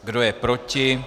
Kdo je proti?